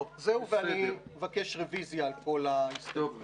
זהו, ואני מבקש רביזיה על כל ההסתייגויות.